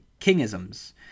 Kingisms